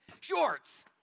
Shorts